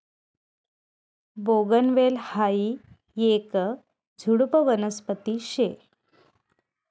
बोगनवेल हायी येक झुडुप वनस्पती शे